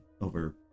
over